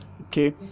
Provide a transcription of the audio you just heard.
okay